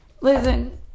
Listen